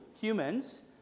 humans